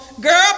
Girl